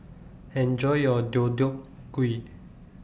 Enjoy your Deodeok Gui